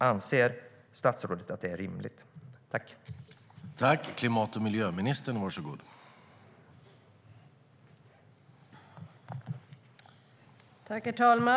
Anser statsrådet att det är rimligt?